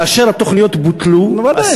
כאשר התוכניות בוטלו, בוודאי, זה מה שנאמר.